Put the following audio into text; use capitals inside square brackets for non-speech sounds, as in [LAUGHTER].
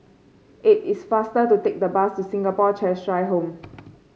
it is faster to take the bus to Singapore Cheshire Home [NOISE]